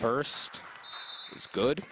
first it's good